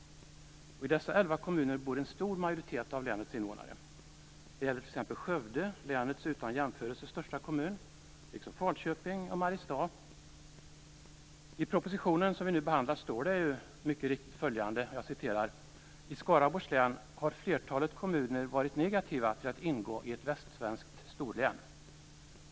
Och i dessa 11 kommuner bor en stor majoritet av länets invånare. Det gäller t.ex. Skövde, länets utan jämförelse största kommun, liksom Falköping och Mariestad. I propositionen som vi nu behandlar står det mycket riktigt följande: "I Skaraborgs län har flertalet kommuner varit negativa till att ingå i ett nytt västsvenskt storlän."